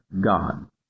God